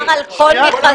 מדובר על כל המכרזים.